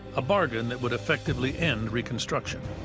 a bargain that would effectively end reconstruction.